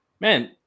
man